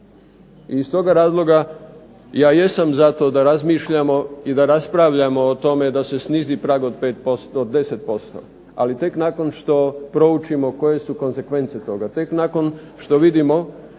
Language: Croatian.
Iz toga razloga ja jesam za to da se raspravlja o tome da se snizi prag od 5%, 10% ali tek nakon što proučimo koje su konzekvence toga, tek nakon što vidimo